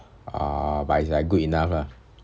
ah but it's like good enough lah